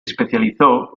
especializó